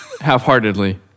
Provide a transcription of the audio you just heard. half-heartedly